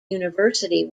university